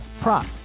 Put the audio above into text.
prop